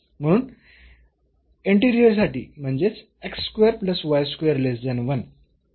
म्हणून इंटेरिअर साठी म्हणजेच